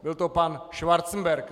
Byl to pan Schwarzenberg!